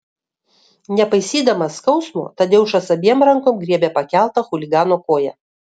nepaisydamas skausmo tadeušas abiem rankom griebė pakeltą chuligano koją